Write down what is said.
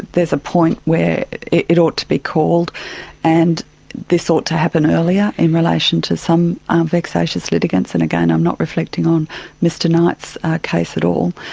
there's a point where it it ought be called and this ought to happen earlier in relation to some vexatious litigants, and again i'm not reflecting on mr knight's case at all.